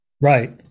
Right